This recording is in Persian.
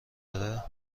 داره